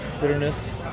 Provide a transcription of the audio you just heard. bitterness